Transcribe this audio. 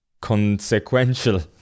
consequential